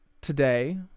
today